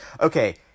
Okay